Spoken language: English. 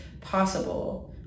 possible